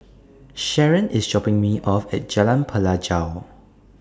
Sharen IS dropping Me off At Jalan Pelajau